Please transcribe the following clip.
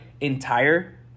entire